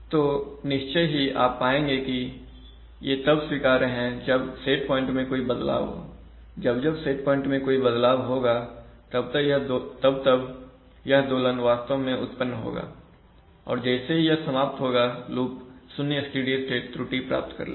तो निश्चय ही आप पाएंगे कि ये तब स्वीकार्य हैं जब सेट पॉइंट में कोई बदलाव हो जब जब सेट पॉइंट में कोई बदलाव होगा तब तब यह दोलन वास्तव में उत्पन्न होगा और जैसे ही यह समाप्त होगा लूप शुन्य स्टेडी स्टेट त्रुटि प्राप्त कर लेगा